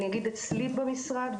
אני אגיד אצלי במשרד,